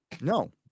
No